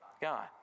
God